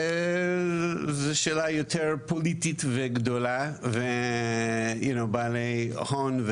זו שאלה יותר פוליטית וגדולה בעלי הון,